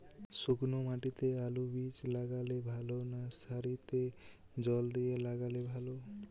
শুক্নো মাটিতে আলুবীজ লাগালে ভালো না সারিতে জল দিয়ে লাগালে ভালো?